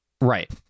Right